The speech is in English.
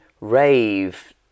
Rave